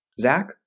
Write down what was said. Zach